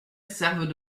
servent